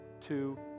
two